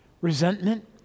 resentment